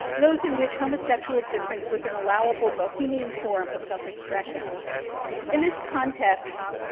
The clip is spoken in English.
those in which homosexual difference was an allowable bohemian form of self-expression. in this context,